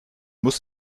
muss